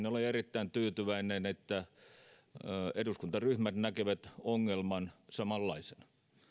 olen erittäin tyytyväinen siihen että eduskuntaryhmät näkevät ongelman samanlaisena